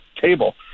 table